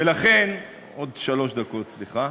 ולכן, עוד שלוש דקות, סליחה,